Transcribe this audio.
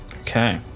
okay